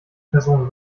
person